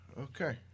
Okay